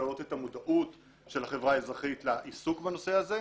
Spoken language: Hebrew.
להעלות את המודעות של החברה האזרחית לעיסוק בנושא הזה,